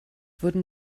wurden